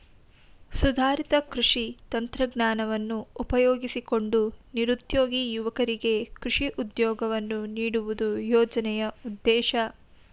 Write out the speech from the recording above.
ಸುಧಾರಿತ ಕೃಷಿ ತಂತ್ರಜ್ಞಾನವನ್ನು ಉಪಯೋಗಿಸಿಕೊಂಡು ನಿರುದ್ಯೋಗಿ ಯುವಕರಿಗೆ ಕೃಷಿ ಉದ್ಯೋಗವನ್ನು ನೀಡುವುದು ಯೋಜನೆಯ ಉದ್ದೇಶ